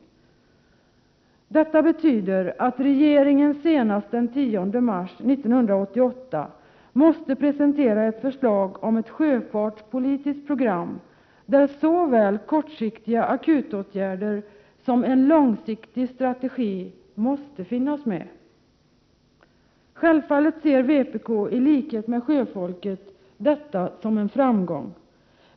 Först nu kommer detta! Det betyder att regeringen senast den 10 mars 1988 måste presentera ett förslag om ett sjöfartspolitiskt program, där såväl kortsiktiga akutåtgärder som en långsiktig strategi måste finnas med. Självfallet ser vpk i likhet med sjöfolket detta som en framgång.